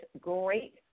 great